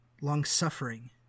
long-suffering